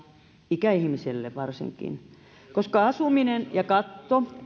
ikäihmiselle koska asuminen ja katto